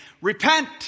repent